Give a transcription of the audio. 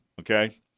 okay